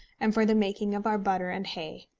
and for the making of our butter and hay.